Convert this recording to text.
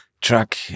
truck